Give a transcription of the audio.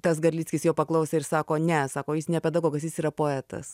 tas garlickis jo paklausė ir sako ne sako jis ne pedagogas jis yra poetas